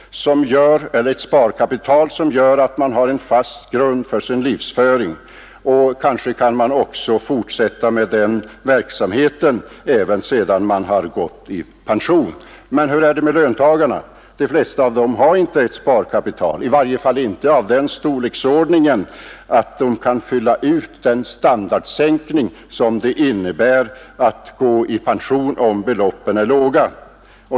Man har ett sparkapital, som ger en fast grund för ens livsföring. Kanske kan man också fortsätta med verksamheten sedan man gått i pension. Men hur är det med löntagarna? De flesta av dem har inget sparkapital, i varje fall inte av den storleksordningen att de kan fylla ut den standardsänkning som det innebär att gå i pension, om pensionsbeloppen är låga.